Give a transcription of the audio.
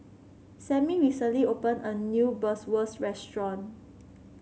Sammie recently opened a new Bratwurst Restaurant